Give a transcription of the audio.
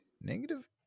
Negative